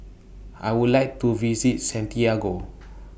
I Would like to visit Santiago